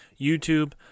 YouTube